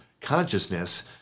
consciousness